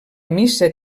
missa